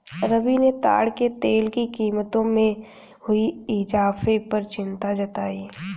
रवि ने ताड़ के तेल की कीमतों में हुए इजाफे पर चिंता जताई